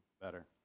better